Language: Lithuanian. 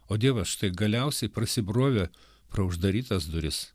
o dievas štai galiausiai prasibrovė pro uždarytas duris